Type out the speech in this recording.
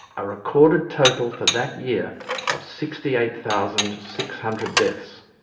a recorded total for that year of sixty eight thousand six hundred deaths.